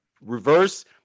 reverse